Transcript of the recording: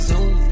Zoom